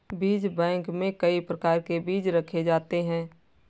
बीज बैंक में कई प्रकार के बीज रखे जाते हैं